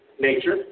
nature